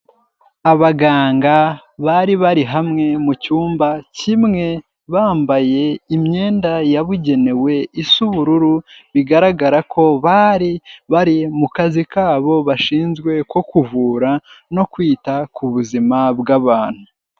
Abaganga bari bari hamwe mucyumba kimwe, bambaye imyenda yabugenewe isa ubururu, bigaragara ko bari bari mu kazi kabo bashinzwe ko kuvura, no kwita ku buzima bw'abantu.